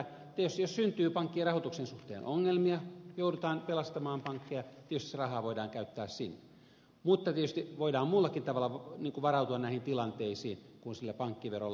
tietysti jos syntyy pankkien rahoituksen suhteen ongelmia joudutaan pelastamaan pankkeja se raha voidaan käyttää sinne mutta tietysti voidaan muullakin tavalla varautua näihin tilanteisiin kuin sillä pankkiverolla